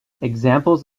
examples